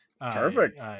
Perfect